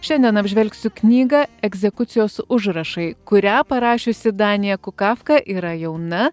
šiandien apžvelgsiu knygą egzekucijos užrašai kurią parašiusi danya kukafka yra jauna